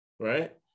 Right